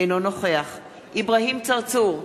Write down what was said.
אינו נוכח אברהים צרצור,